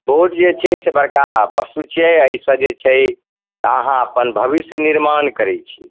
vote जे छै से बड़का बस्तु छियै एहि सऽ जे छै से अहाँ अपन भविष्य निर्माण करै छी